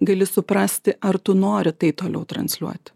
gali suprasti ar tu nori tai toliau transliuoti